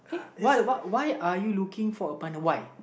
uh why what why are you looking for a partner why